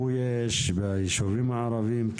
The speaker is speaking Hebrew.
לכיבוי אש ביישובים הערבים,